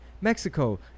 mexico